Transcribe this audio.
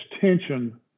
tension